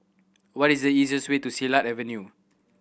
what is the easiest way to Silat Avenue